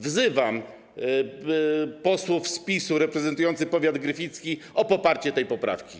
Wzywam posłów z PiS reprezentujących powiat gryficki o poparcie tej poprawki.